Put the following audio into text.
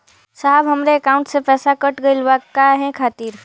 साहब हमरे एकाउंट से पैसाकट गईल बा काहे खातिर?